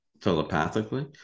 telepathically